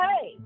hey